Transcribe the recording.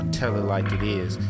tell-it-like-it-is